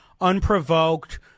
unprovoked